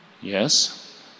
yes